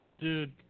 Dude